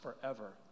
forever